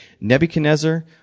Nebuchadnezzar